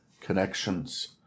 connections